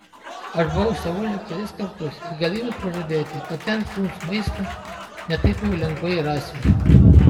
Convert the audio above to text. aš buvau seule kelis kartus ir galiu jums pažadėti kad ten šuns maisto ne taip jau lengvai rasi